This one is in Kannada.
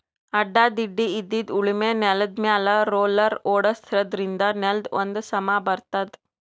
ಅಡ್ಡಾ ತಿಡ್ಡಾಇದ್ದಿದ್ ಉಳಮೆ ನೆಲ್ದಮ್ಯಾಲ್ ರೊಲ್ಲರ್ ಓಡ್ಸಾದ್ರಿನ್ದ ನೆಲಾ ಒಂದ್ ಸಮಾ ಬರ್ತದ್